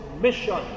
mission